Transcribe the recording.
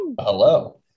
Hello